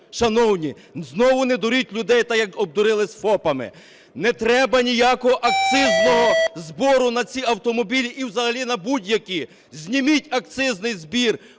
шановні, знову не дуріть людей так, як обдурили з ФОПами. Не треба ніякого акцизного збору на ці автомобілі і взагалі на будь-які. Зніміть акцизний збір!